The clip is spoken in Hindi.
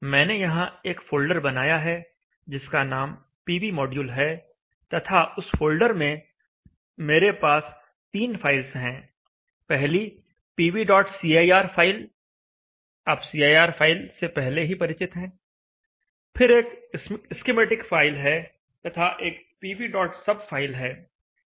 मैंने यहां एक फोल्डर बनाया है जिसका नाम pvmodule है तथा उस फोल्डर में मेरे पास तीन फाइल्स हैं पहली pvcir फाइल आप cir फाइल से पहले ही परिचित हैं फिर एक स्कीमेटिक फाइल है तथा एक pvsub फाइल है